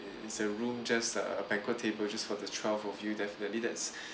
it's a room just uh banquet table just for the twelve of you definitely that's